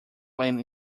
plant